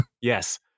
yes